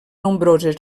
nombroses